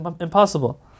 impossible